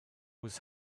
was